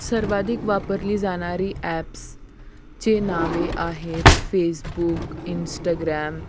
सर्वाधिक वापरली जाणारी ॲप्सचे नावे आहेत फेसबुक इंस्टाग्रॅम